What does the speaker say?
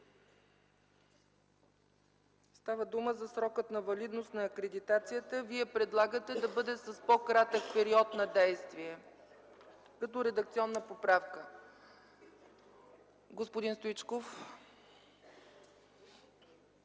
Става дума за срока на валидност на акредитацията. Вие предлагате да бъде с по-кратък период на действие като редакционна поправка. Господин Стоичков.